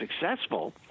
successful